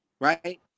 right